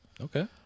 Okay